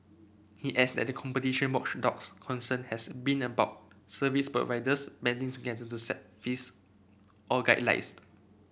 he adds that the competition watchdog's concern has been about service providers banding together to set fees or guidelines